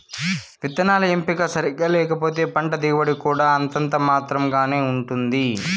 విత్తనాల ఎంపిక సరిగ్గా లేకపోతే పంట దిగుబడి కూడా అంతంత మాత్రం గానే ఉంటుంది